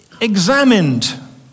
examined